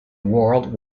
world